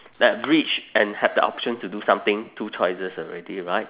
that rich and have the options to do something two choices already right